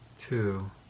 two